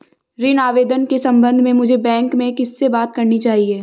ऋण आवेदन के संबंध में मुझे बैंक में किससे बात करनी चाहिए?